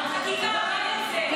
עבד על זה.